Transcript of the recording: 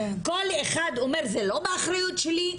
כל אחד אומר "זה לא באחריות שלי,